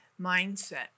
mindset